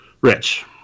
Rich